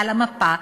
על המפה,